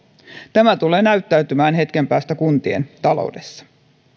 tämä tulee näyttäytymään hetken päästä kuntien taloudessa